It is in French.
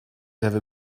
avez